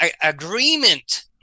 agreement